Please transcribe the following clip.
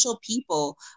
People